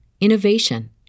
innovation